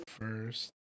first